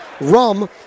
rum